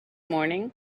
morning